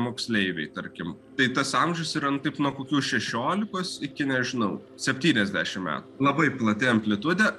moksleiviai tarkim tai tas amžius yra nu taip nuo kokių šešiolikos iki nežinau septyniasdešim metų labai plati amplitudė